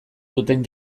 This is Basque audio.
duten